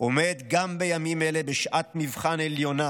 עומד גם בימים אלה בשעת מבחן עליונה